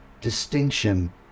distinction